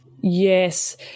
Yes